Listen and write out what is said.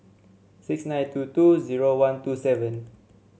six nine two two zero one two seven